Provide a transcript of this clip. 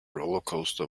rollercoaster